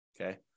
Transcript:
Okay